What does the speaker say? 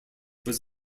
was